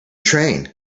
train